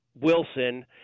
Wilson